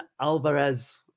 Alvarez